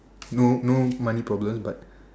no no money problem but